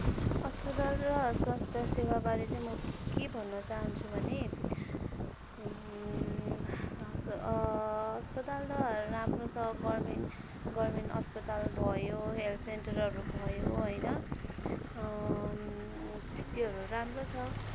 अस्पताल र स्वास्थ्यसेवाबारे चाहिँ म के भन्न चाहन्छु भने अस्पताल त राम्रो छ गभर्मेन्ट गभर्मेन्ट अस्पताल भयो हेल्थ सेन्टरहरू भयो होइन त्योहरू राम्रो छ